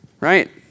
right